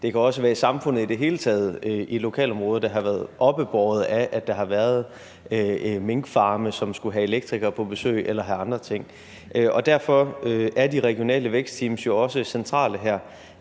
det kan også være samfundet i det hele taget: Et lokalområde, der har været oppebåret af, at der har været minkfarme, som skulle have elektrikere på besøg eller have andre ting. Derfor er de regionale vækstteams jo også centrale her.